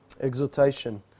exhortation